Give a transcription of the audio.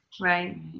Right